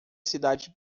cidade